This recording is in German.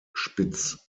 spitz